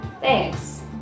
Thanks